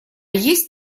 есть